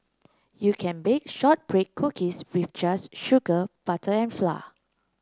you can bake shortbread cookies with just sugar butter and flour